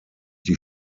die